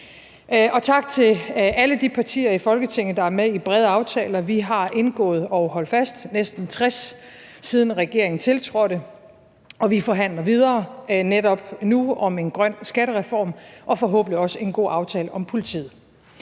og tak til alle de partier i Folketinget, der er med i brede aftaler. Vi har indgået – og hold fast – næsten 60 aftaler, siden regeringen tiltrådte, og vi forhandler netop nu videre om en grøn skattereform og forhåbentlig også en god aftale om politiet.